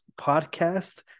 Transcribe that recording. podcast